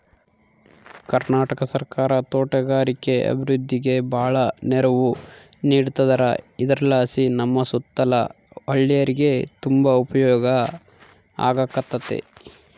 ಕರ್ನಾಟಕ ಸರ್ಕಾರ ತೋಟಗಾರಿಕೆ ಅಭಿವೃದ್ಧಿಗೆ ಬಾಳ ನೆರವು ನೀಡತದಾರ ಇದರಲಾಸಿ ನಮ್ಮ ಸುತ್ತಲ ಹಳ್ಳೇರಿಗೆ ತುಂಬಾ ಉಪಯೋಗ ಆಗಕತ್ತತೆ